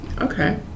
Okay